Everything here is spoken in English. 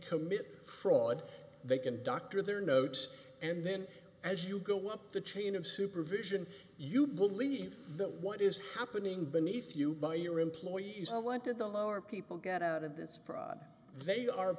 commit fraud they can doctor their notes and then as you go up the chain of supervision you believe that what is happening beneath you by your employees and went to the lower people get out of this fraud they are